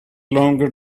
longer